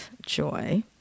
joy